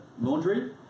laundry